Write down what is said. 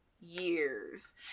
years